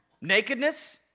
Nakedness